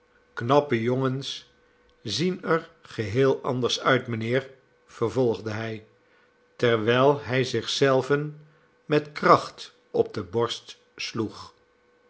knappe jongens zien er geheel anders uit mijnheer vervolgde hij terwijl hij zich zelven met kracht op de borst sloeg